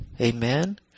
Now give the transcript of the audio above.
Amen